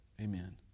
amen